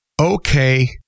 okay